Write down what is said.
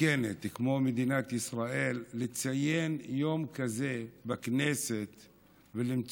בשנת 2018 צריכים להתכנס כאן ולחשוב